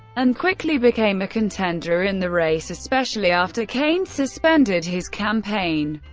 and quickly became a contender in the race, especially after cain suspended his campaign.